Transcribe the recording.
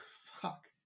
fuck